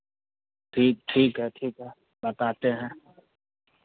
ठीक ठीक है ठीक है बताते हैं